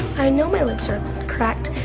i know my lips are cracked,